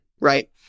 right